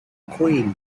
queen